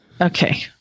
Okay